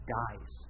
dies